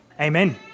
Amen